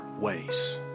ways